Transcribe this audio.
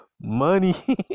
money